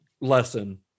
lesson